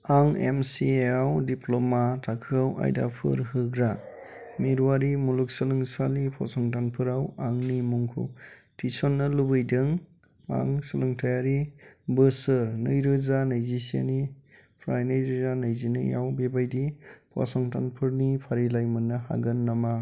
आं M C A आव diploma थाखोआव आयदाफोर होग्रा मिरुआरि मुलुगसोंलोंसालि फसंथानफोराव आंनि मुंखौ थिसन्नो लुबैदों आं सोलोंथायारि बोसोर नैरोजा नैजिसेनिफ्राय नैरोजा नैजिनैआव बेबायदि फसंथानफोरनि फारिलाइ मोननो हागोन नामा